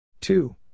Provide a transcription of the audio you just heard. Two